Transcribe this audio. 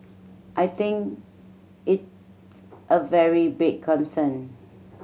I think it's a very big concern